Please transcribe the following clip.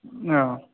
औ